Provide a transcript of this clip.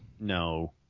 no